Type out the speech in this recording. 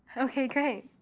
okay, great.